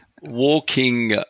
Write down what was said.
Walking